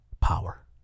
power